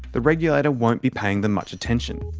the regulator won't be paying them much attention.